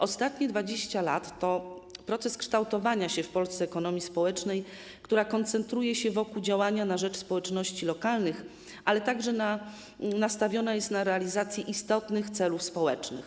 Ostatnie 20 lat to proces kształtowania się w Polsce ekonomii społecznej, która koncentruje się wokół działania na rzecz społeczności lokalnych, ale także nastawiona jest na realizację istotnych celów społecznych.